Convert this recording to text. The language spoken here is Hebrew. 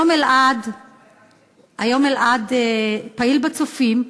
היום אלעד פעיל ב"צופים"